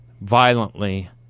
violently